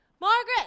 Margaret